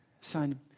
Son